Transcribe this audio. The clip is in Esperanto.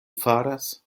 faras